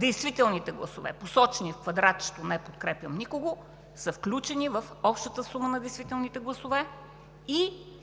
действителните гласове, посочени в квадратчето „не подкрепям никого“, са включени в общата сума на действителните гласове.